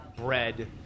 bread